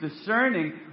discerning